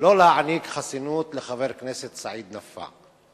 לא להעניק חסינות לחבר הכנסת סעיד נפאע.